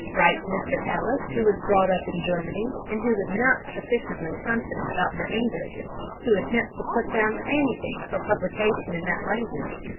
writes mr. ellis, who was brought up in germany, and who is not sufficiently confident about her english to attempt to put down anything for publication in that language,